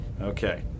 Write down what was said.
Okay